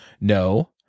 No